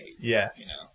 Yes